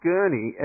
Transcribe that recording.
Gurney